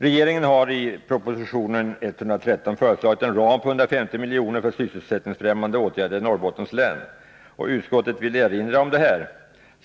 Regeringen har i proposition 113 föreslagit en ram på 150 milj.kr. för sysselsättningsfrämjande åtgärder i Norrbottens län. Utskottet vill erinra om detta.